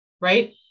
right